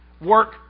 work